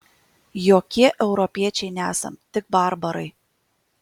jokie europiečiai nesam tik barbarai